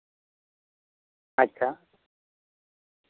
ᱟᱪᱪᱷᱟ